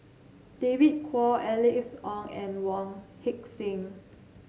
David Kwo Alice Ong and Wong Heck Sing